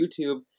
youtube